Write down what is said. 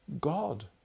God